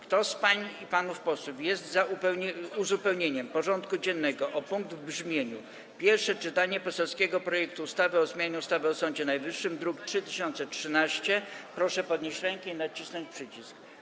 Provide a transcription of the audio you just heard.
Kto z pań i panów posłów jest za uzupełnieniem porządku dziennego o punkt w brzmieniu: Pierwsze czytanie poselskiego projektu ustawy o zmianie ustawy o Sądzie Najwyższym, druk nr 3013, proszę podnieść rękę i nacisnąć przycisk.